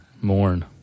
mourn